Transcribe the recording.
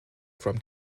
from